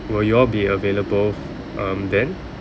will you all be available um then